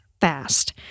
fast